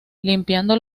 limpiando